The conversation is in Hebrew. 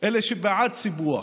אלה שבעד סיפוח,